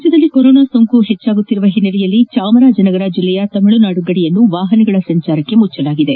ರಾಜ್ಯದಲ್ಲಿ ಕೊರೊನಾ ಸೋಂಕು ಹೆಚ್ಚುತ್ತಿರುವ ಹಿನ್ನೆಲೆಯಲ್ಲಿ ಚಾಮರಾಜನಗರ ಜಿಲ್ಲೆಯ ತಮಿಳುನಾಡು ಗಡಿಯನ್ನು ವಾಹನಗಳ ಸಂಚಾರಕ್ಕೆ ಮುಚ್ಚಲಾಗಿದೆ